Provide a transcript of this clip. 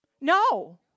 No